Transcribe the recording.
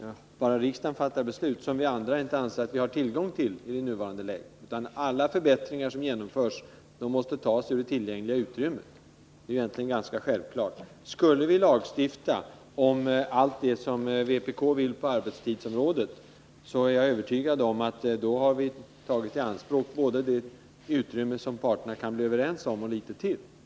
om bara riksdagen fattar beslut, som vi andra inte har tillgång till i nuvarande läge. Pengar till alla förbättringar måste tas ur det tillgängliga utrymmet, det är ganska självklart. Om vi skulle lagstifta om allt det som vpk vill genomföra på arbetstidsområdet, så tar vi i anspråk både det utrymme som parterna kan bli överens om och litet till.